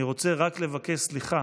אני רוצה רק לבקש סליחה